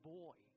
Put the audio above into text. boy